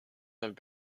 have